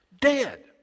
dead